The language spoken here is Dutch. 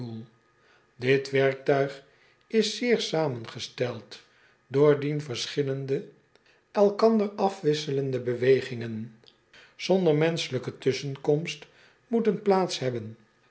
it werktuig is zeer zamengesteld doordien verschillende elkander afwisselende bewegingen zonder menschelijke tusschenkomst moeten plaats hebben